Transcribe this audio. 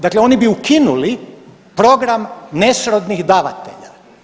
Dakle, oni bi ukinuli program nesrodnih davatelja.